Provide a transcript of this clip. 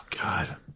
God